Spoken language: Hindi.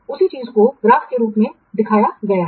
उसी चीज को ग्राफ के रूप में दिखाया गया है